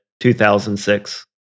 2006